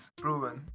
proven